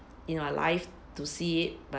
in our life to see it but